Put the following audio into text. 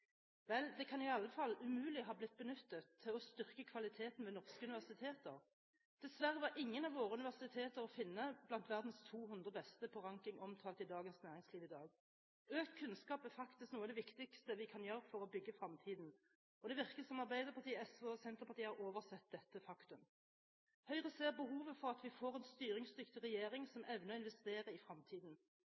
Vel, det kan i alle fall umulig ha blitt benyttet til å styrke kvaliteten ved norske universiteter. Dessverre var ingen av våre universiteter å finne blant verdens 200 beste på en ranking omtalt i Dagens Næringsliv i dag. Å satse på økt kunnskap er faktisk noe av det viktigste vi kan gjøre for å bygge fremtiden, og det virker som om Arbeiderpartiet, SV og Senterpartiet har oversett dette faktum. Høyre ser behovet for at vi får en styringsdyktig regjering som evner å investere i